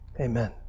Amen